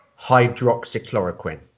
hydroxychloroquine